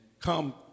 come